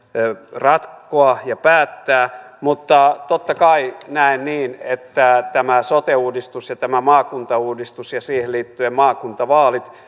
ratkoa ja päättää mutta totta kai näen niin että tämä sote uudistus ja tämä maakuntauudistus ja siihen liittyen maakuntavaalit